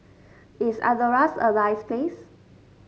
is Andorra a nice place